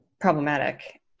problematic